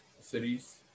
cities